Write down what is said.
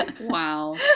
Wow